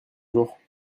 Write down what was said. jours